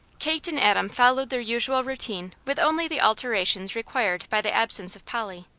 kate and adam followed their usual routine with only the alterations required by the absence of polly.